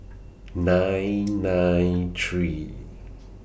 nine nine three